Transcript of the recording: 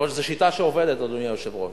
אני רואה שזו שיטה שעובדת, אדוני היושב-ראש.